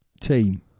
team